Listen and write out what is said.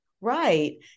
Right